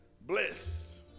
bliss